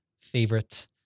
favorite